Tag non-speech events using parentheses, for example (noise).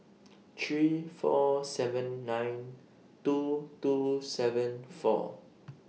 (noise) three four seven nine two two seven four (noise)